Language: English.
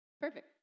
perfect